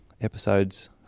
episodes